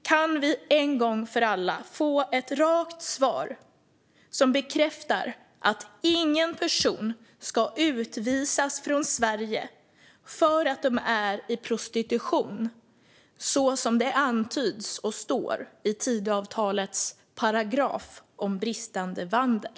Kan vi en gång för alla få ett rakt svar som bekräftar att ingen person ska utvisas från Sverige för att den är i prostitution, trots det som står om detta i Tidöavtalets paragraf om bristande vandel?